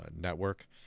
Network